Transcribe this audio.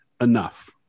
enough